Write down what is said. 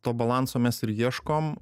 to balanso mes ir ieškom